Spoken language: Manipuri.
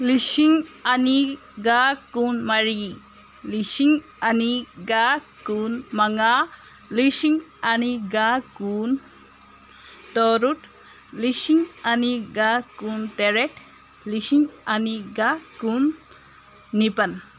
ꯂꯤꯁꯤꯡ ꯑꯅꯤꯒ ꯀꯨꯟꯃꯔꯤ ꯂꯤꯁꯤꯡ ꯑꯅꯤꯒ ꯀꯨꯟꯃꯉꯥ ꯂꯤꯁꯤꯡ ꯑꯅꯤꯒ ꯀꯨꯟꯇꯔꯨꯛ ꯂꯤꯁꯤꯡ ꯑꯅꯤꯒ ꯀꯨꯟꯇꯔꯦꯠ ꯂꯤꯁꯤꯡ ꯑꯅꯤꯒ ꯀꯨꯟꯅꯤꯄꯥꯜ